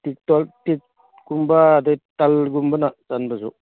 ꯇꯤꯛ ꯀꯨꯝꯕ ꯑꯗꯩ ꯇꯜꯒꯨꯝꯕꯅ ꯆꯟꯕꯁꯨ